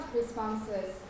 responses